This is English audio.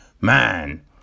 Man